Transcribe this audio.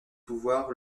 pouvoirs